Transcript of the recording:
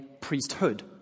priesthood